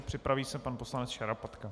Připraví se pan poslanec Šarapatka.